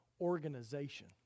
organization